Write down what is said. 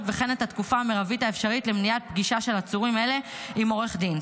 וכן את התקופה המרבית האפשרית למניעת פגישה של עצורים אלה עם עורך דין.